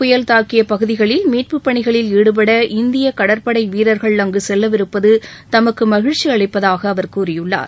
புயல் தாக்கிய பகுதிகளில் மீட்புப்பணிகளில் ஈடுபட இந்திய கடற்படை வீரர்கள் அங்கு செல்லவிருப்பது தமக்கு மகிழ்ச்சி அளிப்பதாக அவர் கூறியுள்ளார்